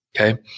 Okay